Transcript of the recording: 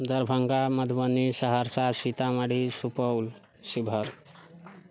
Darbhanga Madhubani Saharsa Sitamarhi Supaul Sheohar